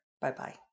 Bye-bye